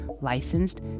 licensed